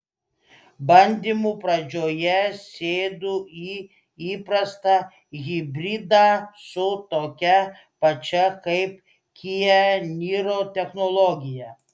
bandymų pradžioje sėdu į įprastą hibridą su tokia pačia kaip kia niro technologija